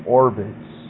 orbits